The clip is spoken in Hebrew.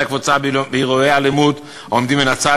הקבוצה באירועי אלימות: העומדים מן הצד,